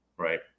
right